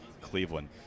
Cleveland